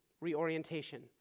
reorientation